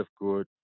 good